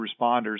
responders